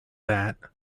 that